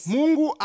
Mungu